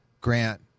grant